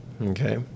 okay